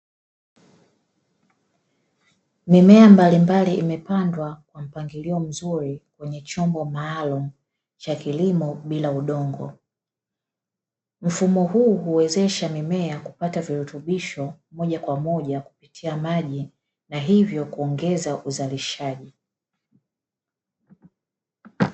Mimea mbalimbali imepandwa kwa mpagilio mzuri kwenye chombo maalumu cha kilimo bila udongo. Mfumo huu huwezesha mimea kupata virutubisho moja kwa moja kupitia maji na hivyo kuongeza uzalishaji.